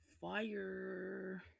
fire